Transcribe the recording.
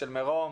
של מרום,